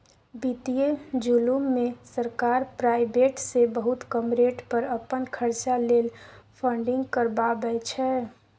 बित्तीय जुलुम मे सरकार प्राइबेट सँ बहुत कम रेट पर अपन खरचा लेल फंडिंग करबाबै छै